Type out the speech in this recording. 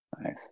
Nice